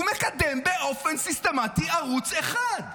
הוא מקדם באופן סיסטמטי ערוץ אחד,